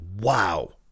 Wow